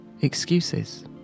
excuses